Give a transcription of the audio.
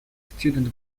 student